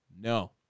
No